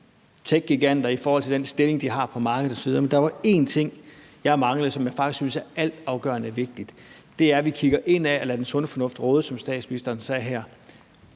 techgiganter og i forhold til den stilling, de har på markedet, men der var én ting, jeg manglede, som jeg faktisk synes er altafgørende vigtigt, og det er, at vi kigger indad og lader den sunde fornuft råde, som statsministeren sagde.